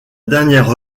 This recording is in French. dernière